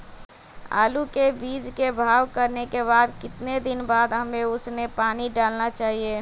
आलू के बीज के भाव करने के बाद कितने दिन बाद हमें उसने पानी डाला चाहिए?